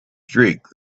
streak